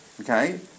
Okay